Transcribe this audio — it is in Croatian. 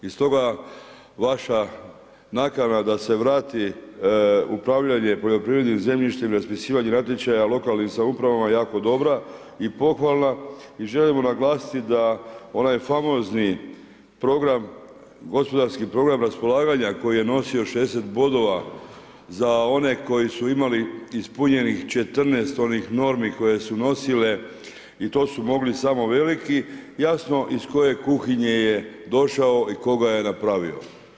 I stoga vaša nakana da se vrati upravljanje poljoprivrednim zemljištem i raspisivanje natječaja lokalnim samoupravama jako dobra i pohvalna i želimo naglasiti da onaj famozni program gospodarski program raspolaganja koji je nosio 60 bodova za one koji su imali ispunjenih 14 onih normi koje su nosile i to su mogli samo veliki, jasno iz koje kuhinje je došao i tko ga je napravio.